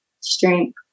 strength